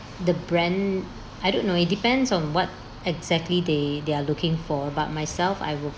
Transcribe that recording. the brand I don't know it depends on what exactly they they are looking for but myself I will